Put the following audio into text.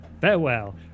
farewell